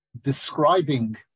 describing